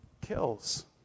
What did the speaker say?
kills